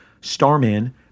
Starman